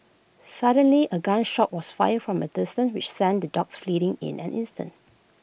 suddenly A gun shot was fired from A distance which sent the dogs fleeting in an instant